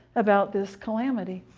about this calamity.